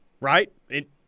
Right